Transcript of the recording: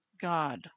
God